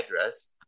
address